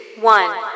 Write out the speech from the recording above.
one